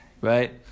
Right